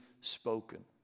spoken